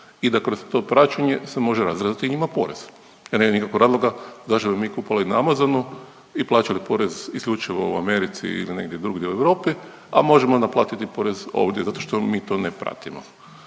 i da kroz to praćenje se može … i njima porez. Ja ne vidim nikakvog razloga zašto bi mi kupovali na Amazonu i plaćali porez isključivo u Americi ili negdje drugdje u Europi, a možemo naplatiti porez ovdje zato što mi to ne pratimo.